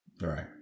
Right